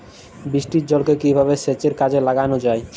বৃষ্টির জলকে কিভাবে সেচের কাজে লাগানো য়ায়?